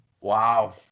Wow